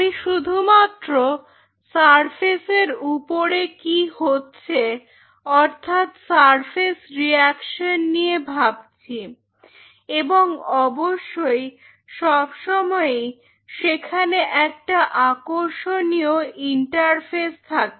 আমি শুধুমাত্র সারফেসের উপরে কি হচ্ছে অর্থাৎ সারফেস রিয়াকশন নিয়ে ভাবছি এবং অবশ্যই সবসময়ই সেখানে একটা আকর্ষনীয় ইন্টারফেস থাকে